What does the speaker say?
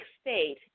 state